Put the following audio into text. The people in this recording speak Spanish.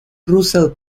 russell